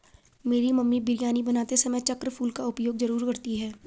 मेरी मम्मी बिरयानी बनाते समय चक्र फूल का उपयोग जरूर करती हैं